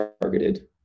targeted